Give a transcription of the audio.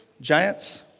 giants